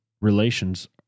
relations